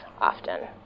often